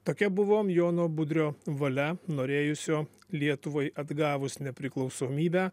tokia buvo jono budrio valia norėjusio lietuvai atgavus nepriklausomybę